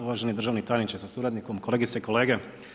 Uvaženi državni tajniče sa suradnikom, kolegice i kolege.